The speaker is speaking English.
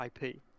IP